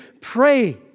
pray